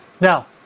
Now